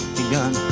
begun